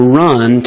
run